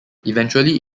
eventually